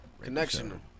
connection